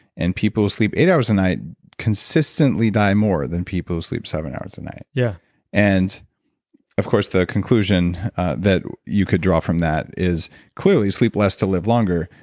and people sleep eight hours a night consistently die more than people who sleep seven hours a night yeah and of course, the conclusion that you could draw from that is clearly, sleep less to live longer,